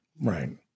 Right